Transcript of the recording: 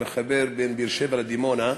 המחבר בין באר-שבע לדימונה,